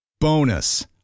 Bonus